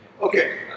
Okay